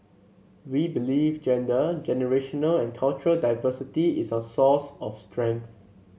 we believe gender generational and cultural diversity is our source of strength